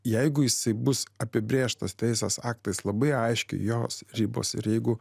jeigu jis bus apibrėžtas teisės aktais labai aiški jos ribos ir jeigu